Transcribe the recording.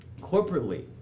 corporately